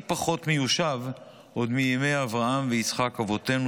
פחות מיושב עוד מימי אברהם ויצחק אבותינו,